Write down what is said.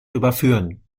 überführen